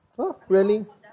oh really